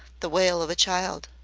the wail of a child.